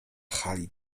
hali